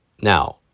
Now